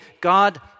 God